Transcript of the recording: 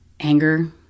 Anger